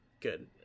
good